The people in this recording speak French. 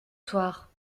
soir